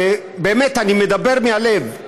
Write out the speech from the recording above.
באמת, אני מדבר מהלב.